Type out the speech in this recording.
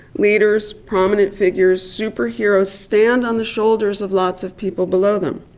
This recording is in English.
leaders, prominent figures, superheroes, stand on the shoulders of lots of people below them.